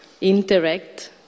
interact